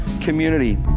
community